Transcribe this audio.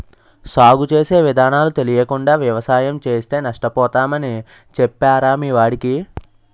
సాగు చేసే విధానాలు తెలియకుండా వ్యవసాయం చేస్తే నష్టపోతామని చెప్పరా మీ వాడికి